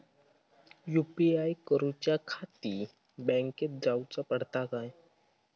UPI करूच्याखाती बँकेत जाऊचा पडता काय?